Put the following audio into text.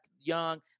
young